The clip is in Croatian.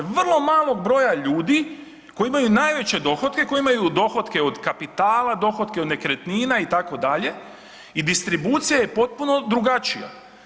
Vrlo malog broja ljudi koji imaju najveće dohotke, koji imaju dohotke od kapitala, dohotke od nekretnina itd. i distribucija je potpuno drugačija.